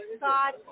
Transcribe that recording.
God